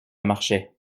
marchait